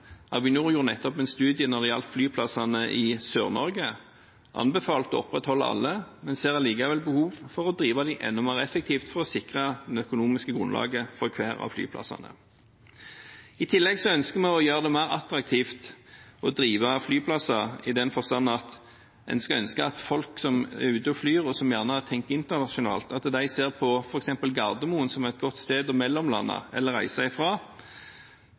Avinor gjorde nettopp en studie når det gjaldt flyplassene i Sør-Norge. De anbefalte å opprettholde alle, men ser allikevel behov for å drive dem enda mer effektivt for å sikre det økonomiske grunnlaget for hver av flyplassene. Så ønsker vi å gjøre det mer attraktivt å drive flyplasser, i den forstand at en skulle ønske at folk som er ute og flyr, og som gjerne har tenkt internasjonalt, ser på f.eks. Gardermoen som et godt sted å mellomlande eller reise